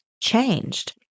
changed